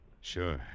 Sure